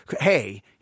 hey